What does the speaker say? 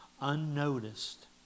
unnoticed